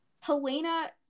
Helena